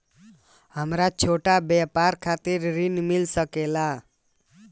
हमरा छोटा व्यापार खातिर ऋण मिल सके ला?